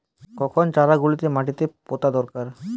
কখন চারা গুলিকে মাটিতে পোঁতা দরকার?